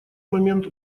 момент